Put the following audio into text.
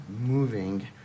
moving